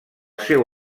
seu